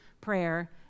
prayer